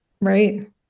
Right